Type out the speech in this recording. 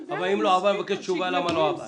אבל אם לא עבר אני מבקש תשובה למה לא עבר.